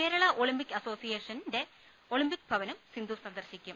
Kerala Olympic അസോസിയേഷന്റെ Olympic ഭവനും സിന്ധു സന്ദർശിക്കും